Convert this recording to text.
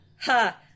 Ha